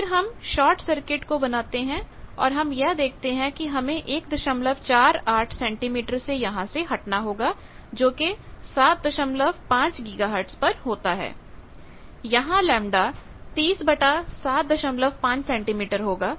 फिर हम short circuit को बनाते हैं और हम यह देखते हैं कि हमें 148 सेंटीमीटर से यहां से हटना होगा जो कि 75 गीगाहर्टज पर होता है यहां λ 30 बटा 75 सेंटीमीटर होगा